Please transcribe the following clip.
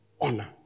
Honor